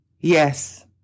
yes